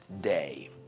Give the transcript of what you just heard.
day